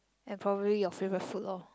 and probably your favourite food lor